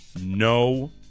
no